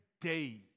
day